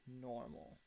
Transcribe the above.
normal